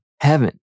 heaven